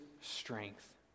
strength